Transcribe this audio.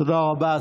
תודה רבה.